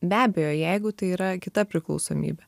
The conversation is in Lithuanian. be abejo jeigu tai yra kita priklausomybė